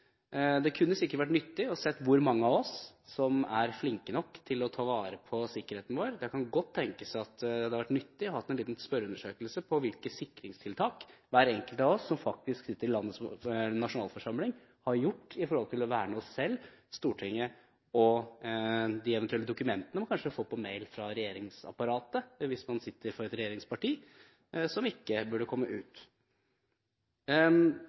Det kunne sikkert vært nyttig å se hvor mange av oss som er flinke nok til å ta vare på sikkerheten vår. Det kan godt tenkes at det hadde vært nyttig å ha en liten spørreundersøkelse om hvilke sikringstiltak hver enkelt av oss som faktisk sitter i landets nasjonalforsamling, har gjort for å verne oss selv, Stortinget og de eventuelle dokumentene man kanskje får på mail fra regjeringsapparatet – hvis man sitter for et regjeringsparti – og som ikke burde komme